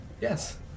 Yes